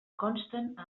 consten